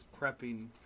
prepping